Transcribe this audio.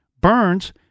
Burns